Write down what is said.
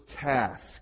task